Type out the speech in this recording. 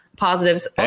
positives